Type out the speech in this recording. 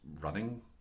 running